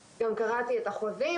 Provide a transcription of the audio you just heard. שגם אם הורה נמצא בחדר עם הקטין,